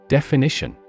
Definition